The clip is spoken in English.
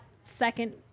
second